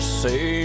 say